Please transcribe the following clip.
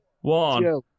one